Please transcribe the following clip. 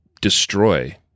destroy